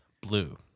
blue